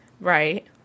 right